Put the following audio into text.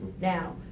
Now